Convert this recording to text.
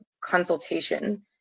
consultation